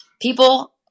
people